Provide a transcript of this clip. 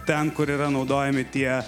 ten kur yra naudojami tie